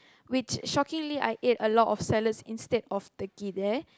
which shockingly I ate a lot of salads instead of Turkey there